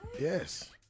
Yes